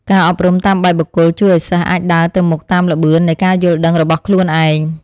ការអប់រំតាមបែបបុគ្គលជួយឱ្យសិស្សអាចដើរទៅមុខតាមល្បឿននៃការយល់ដឹងរបស់ខ្លួនឯង។